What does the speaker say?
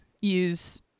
use